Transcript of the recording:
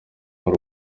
hari